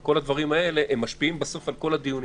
כל הדברים האלה משפיעים על כל הדיון.